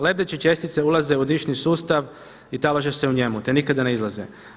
Lebdeće čestice ulaze u dišni sustav i talože se u njemu, te nikada ne izlaze.